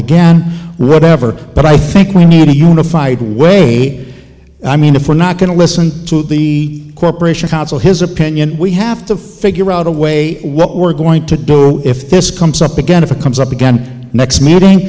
again right ever but i think we need a unified way i mean if we're not going to listen to the corporation council his opinion we have to figure out a way what we're going to do if this comes up again if it comes up again next meeting